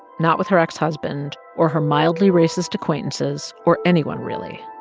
not with her ex-husband or her mildly racist acquaintances or anyone, really.